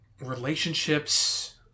relationships